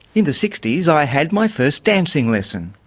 in the sixty s i had my first dancing lesson.